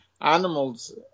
animals